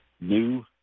new